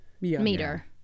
meter